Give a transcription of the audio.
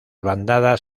bandadas